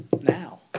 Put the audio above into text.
now